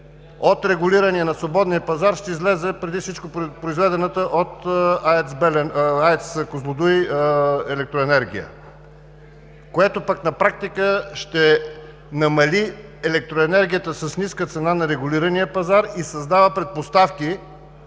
от регулирания на свободния пазар ще излезе преди всичко произведената от АЕЦ „Козлодуй“ електроенергия, което пък на практика ще намали електроенергията с ниска цена на регулирания пазар и създава предпоставки